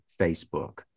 Facebook